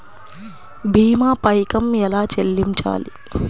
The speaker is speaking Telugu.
భీమా పైకం ఎలా చెల్లించాలి?